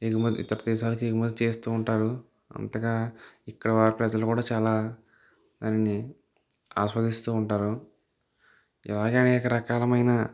ఎగుమతి ఇతర దేశాలకు ఎగుమతి చేస్తు ఉంటారు అంతగా ఇక్కడ ప్రజలు కూడా చాలా దాన్ని ఆస్వాదిస్తూ ఉంటారు ఇలాగే అనేక రకమైన